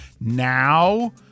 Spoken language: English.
Now